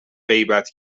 غیبت